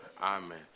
Amen